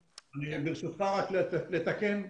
ברשותך, רק לתקן,